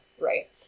right